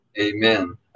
Amen